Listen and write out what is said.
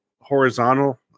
horizontal